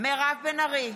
מירב בן ארי,